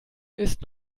ist